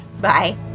Bye